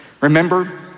Remember